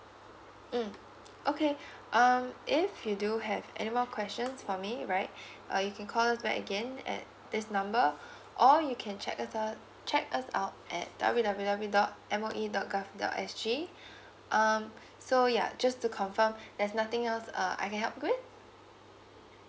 mm okay um if you do have any more questions for me right uh you can call us back again at this number or you can check us out check us out at W W W dot M O E dot G O V dot S G um so ya just to confirm there's nothing else uh I can help you with